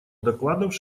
докладов